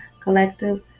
collective